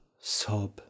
sob